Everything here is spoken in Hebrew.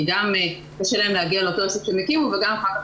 כי גם קשה להן להגיע לאותו עסק שהן הקימו וגם אחר כך,